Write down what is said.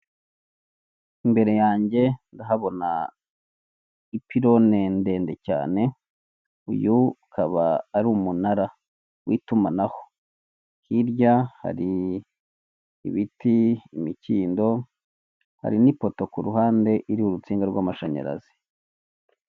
Imbere yange ndahabona ipironi ndende cyene, uyu ukaba ari umunara w'itumanaho. Hirya hari ibiti, imikindo, hari n'ipoto ku ruhande, iriho urutsinga rw'amashanyarazi.